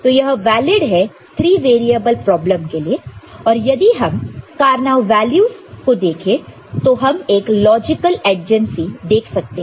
तो यह वेलीड है 3 वेरिएबल प्रॉब्लम के लिए और यदि हम कार्नो वैल्यूस को देखें तो हम एक लॉजिकल ऐडजेंसी देख सकते हैं